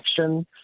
action